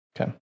Okay